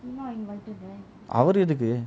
அவரு எதுக்கு:avaru ethukku